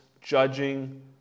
judging